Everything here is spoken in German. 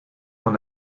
von